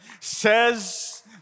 says